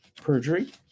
perjury